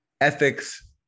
ethics